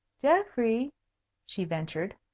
geoffrey she ventured.